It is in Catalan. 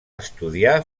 estudiar